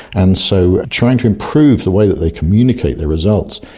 and so trying to improve the way that they communicate their results,